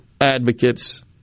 advocates